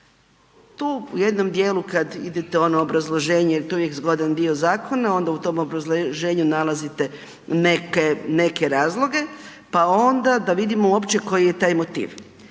Tu u jednom dijelu kad idete u ono obrazloženje, to je uvijek zgodan dio zakona onda u tom obrazloženju nalazite neke, neke razloge, pa onda da vidimo uopće koji je taj motiv